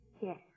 Yes